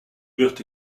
wird